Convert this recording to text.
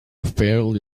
fairly